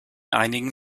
einigen